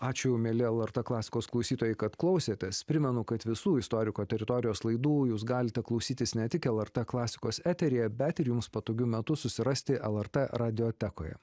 ačiū mieli lrt klasikos klausytojai kad klausėtės primenu kad visų istoriko teritorijos laidų jūs galite klausytis ne tik lrt klasikos eteryje bet ir jums patogiu metu susirasti lrt radiotekoje